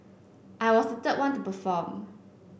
I was the third one to perform